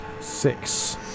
Six